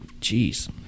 jeez